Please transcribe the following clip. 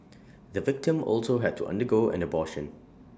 the victim also had to undergo an abortion